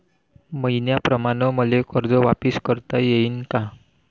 मईन्याप्रमाणं मले कर्ज वापिस करता येईन का?